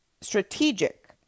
strategic